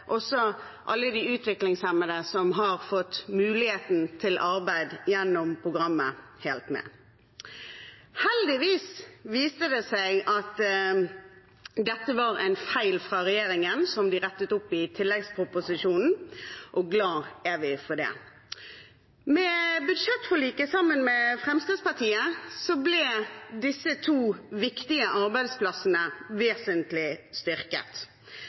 seg at dette var en feil fra regjeringen, som de rettet opp i tilleggsproposisjonen, og glad er vi for det. Med budsjettforliket med Fremskrittspartiet ble disse to viktige arbeidsplassene vesentlig styrket,